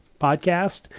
podcast